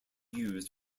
used